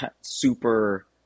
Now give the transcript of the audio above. super